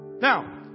Now